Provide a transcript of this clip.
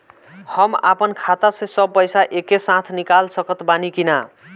हम आपन खाता से सब पैसा एके साथे निकाल सकत बानी की ना?